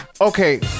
Okay